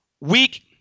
weak